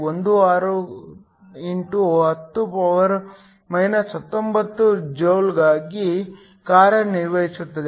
16x10 19 ಜೌಲ್ಗಳಾಗಿ ಕಾರ್ಯನಿರ್ವಹಿಸುತ್ತದೆ